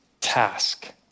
task